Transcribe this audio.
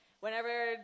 Whenever